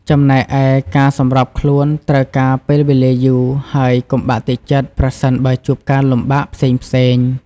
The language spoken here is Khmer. ចំណែកឯ ការសម្របខ្លួនត្រូវការពេលវេលាយូរ ហើយកុំបាក់ទឹកចិត្តប្រសិនបើជួបការលំបាកផ្សេងៗ។